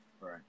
Right